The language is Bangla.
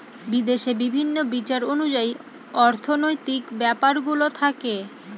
বিদেশে বিভিন্ন বিচার অনুযায়ী অর্থনৈতিক ব্যাপারগুলো থাকে